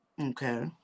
okay